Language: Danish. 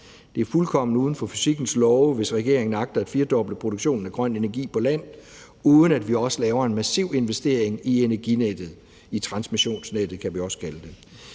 Det er fuldkommen uden for fysikkens love, hvis regeringen agter at firedoble produktionen af grøn energi på land, uden at vi også laver en massiv investering i energinettet; i transmissionsnettet, kan vi også kalde det.